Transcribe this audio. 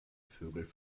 vögel